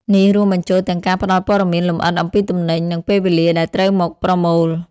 នេះរួមបញ្ចូលទាំងការផ្តល់ព័ត៌មានលម្អិតអំពីទំនិញ និងពេលវេលាដែលត្រូវមកប្រមូល។